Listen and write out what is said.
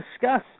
discuss